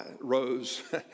rose